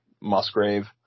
Musgrave